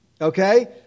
Okay